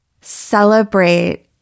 celebrate